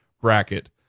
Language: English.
bracket